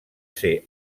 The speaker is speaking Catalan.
ser